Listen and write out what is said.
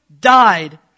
died